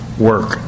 work